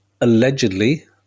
allegedly